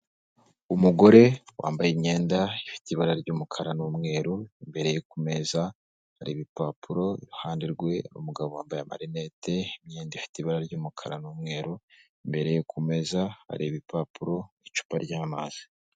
Umugore wambaye imyend ifite ibara ry'umukara n'umweru, imbere ye ku meza hari ibipapuro, iruhande rwe umugabo wambaye amarinete, imyenda ifite ibara ry'umukara n'umweru, imbere ye ku meza hari impapuro n'icupa ry'amazi.